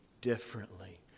differently